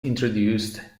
introduced